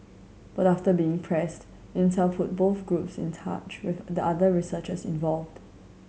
but after being pressed Intel put both groups in touch with the other researchers involved